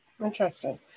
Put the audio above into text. Interesting